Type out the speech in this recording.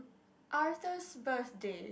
Arthur's birthday